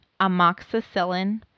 amoxicillin